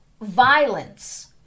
violence